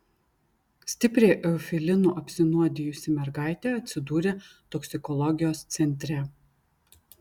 stipriai eufilinu apsinuodijusi mergaitė atsidūrė toksikologijos centre